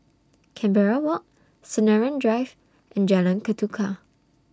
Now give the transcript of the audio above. Canberra Walk Sinaran Drive and Jalan Ketuka